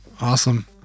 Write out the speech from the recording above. Awesome